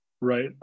Right